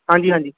ਹਾਂਜੀ ਹਾਂਜੀ